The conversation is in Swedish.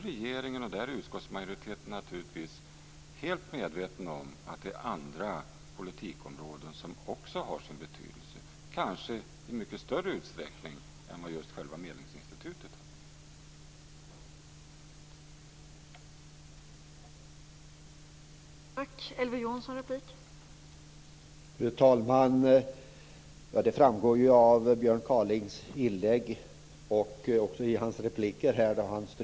Regeringen och utskottsmajoriteten är naturligtvis helt medvetna om att det finns andra politikområden som också har sin betydelse, och kanske i mycket större utsträckning än vad just själva Medlingsinstitutet har.